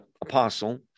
Apostle